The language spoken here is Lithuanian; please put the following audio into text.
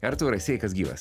artūrai sveikas gyvas